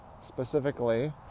specifically